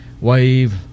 wave